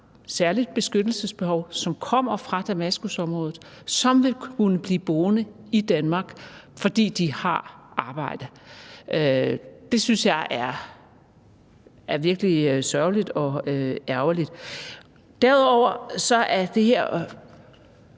særligt beskyttelsesbehov, som kommer fra Damaskusområdet, og som vil kunne blive boende i Danmark, fordi de har arbejde. Det synes jeg er virkelig sørgeligt og ærgerligt. Derudover er det her